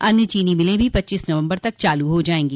अन्य चीनी मिले भी पच्चीस नवम्बर तक चालू हो जायेंगी